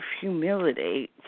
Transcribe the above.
humility